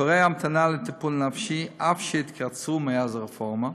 תורי ההמתנה לטיפול נפשי, אף שהתקצרו מאז הרפורמה,